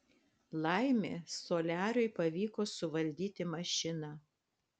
laimė soliariui pavyko suvaldyti mašiną